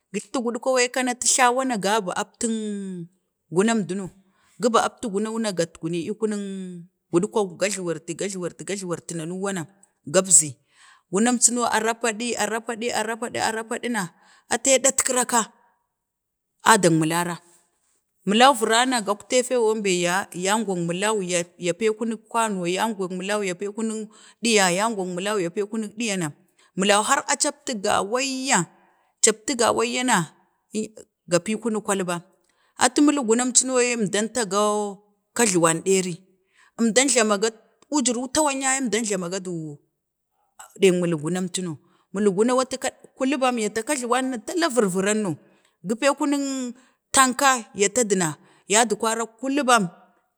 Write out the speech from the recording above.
itawa na, ga bi aptan gunam dunon, gə ban aptan guman dono na gadguni ii kunung gudkwai, ga jlawarti, ga jluwarti, ga jluwarti, ga jlawarit, na na, wana gapzi gunam cuno, a rapadi, a rapadi a rapadi, na, ate datkira ba, a dang murara, miling vira na, gagtee fik bembe, yan go, yan go miling, ya pay kunek, kano, yan go milan ya pan kunik kwano, yango miling ya pay kunik ɗiya, ya gam miling ya pay kunik ɗiya na, miling, har a captu gawaiyya, captu gawayya na ii ga pi kunik, kalban, ata miling gunam co no, yee əmdan tago, kajluwan ɗevi, əmdan jlamago wujirik tawan yaye əmdam jlama ga du, ding miling gunam cuno, miling gunan atu kulun bam, ya ta karla wen na ya ta du tala virviran no gu pay kunik tangka ya ta du na, yadkwara kulu bam